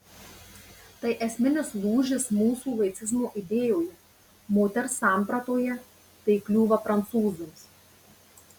tai esminis lūžis mūsų laicizmo idėjoje moters sampratoje tai kliūva prancūzams